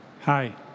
Hi